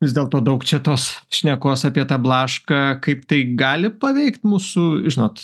vis dėlto daug čia tos šnekos apie tą blašką kaip tai gali paveikt mūsų žinot